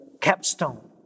capstone